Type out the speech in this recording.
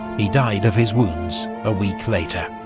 he died of his wounds a week later.